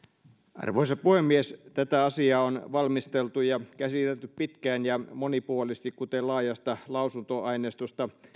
arvoisa puhemies tätä asiaa on valmisteltu ja käsitelty pitkään ja monipuolisesti kuten laajasta lausuntoaineistosta